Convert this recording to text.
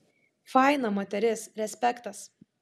faina moteris respektas